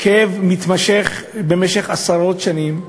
כאב מתמשך עשרות שנים: